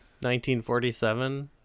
1947